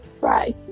Right